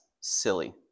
silly